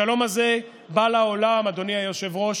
השלום הזה בא לעולם, אדוני היושב-ראש,